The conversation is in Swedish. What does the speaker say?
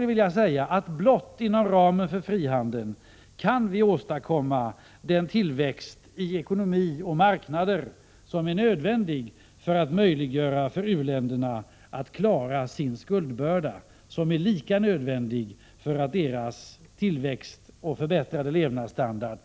Endast inom ramen för frihandeln kan vi åstadkomma den tillväxt i ekonomi och marknader som är nödvändig för att möjliggöra för u-länderna att klara sin skuldbörda, något som är lika nödvändigt för att de skall kunna få till stånd en tillväxt och en förbättrad levnadsstandard.